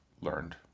learned